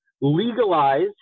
legalize